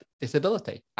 disability